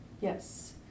Yes